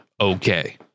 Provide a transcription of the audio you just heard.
okay